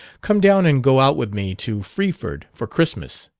come down and go out with me to freeford for christmas.